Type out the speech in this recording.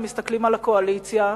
הם מסתכלים על הקואליציה,